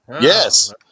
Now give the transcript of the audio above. yes